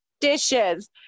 dishes